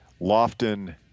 Lofton